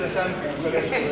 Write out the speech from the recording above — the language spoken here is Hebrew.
נתקבל.